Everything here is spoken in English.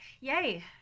Yay